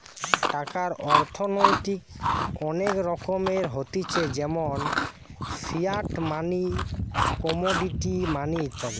টাকার অর্থনৈতিক অনেক রকমের হতিছে যেমন ফিয়াট মানি, কমোডিটি মানি ইত্যাদি